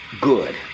good